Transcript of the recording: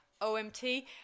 OMT